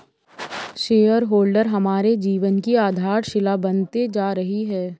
share holder हमारे जीवन की आधारशिला बनते जा रही है